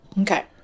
Okay